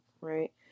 right